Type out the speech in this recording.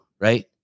right